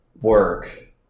work